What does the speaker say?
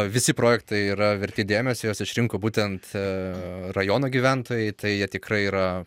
visi projektai yra verti dėmesio juos išrinko būtent rajono gyventojai tai jie tikrai yra